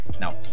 now